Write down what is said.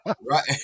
Right